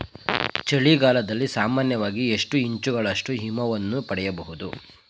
ಚಳಿಗಾಲದಲ್ಲಿ ಸಾಮಾನ್ಯವಾಗಿ ಎಷ್ಟು ಇಂಚುಗಳಷ್ಟು ಹಿಮವನ್ನು ಪಡೆಯಬಹುದು?